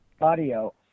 Audio